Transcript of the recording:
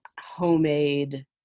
homemade